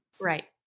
right